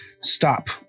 stop